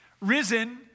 Risen